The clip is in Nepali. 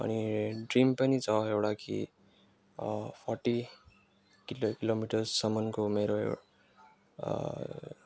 अनि ड्रिम पनि छ एउटा कि फोर्टी किलो किलोमिटरसम्मको मेरो